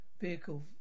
vehicle